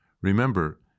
Remember